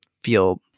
feel